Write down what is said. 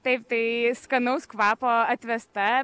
taip tai skanaus kvapo atvesta